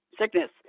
sickness